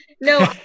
no